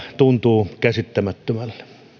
tuntuu käsittämättömälle